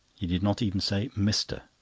he did not even say mister.